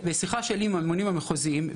בשיחה שלי עם הממונים מחוזיים,